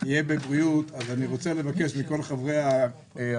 נוגע לבריאות אז אני רוצה לבקש מכל חברי הוועדה